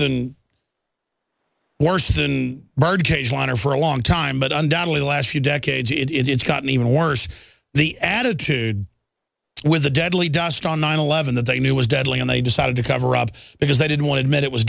and worse than bird cage liner for a long time but undoubtedly last few decades it it's gotten even worse the attitude with a deadly dust on nine eleven that they knew was deadly and they decided to cover up because they didn't want to admit it was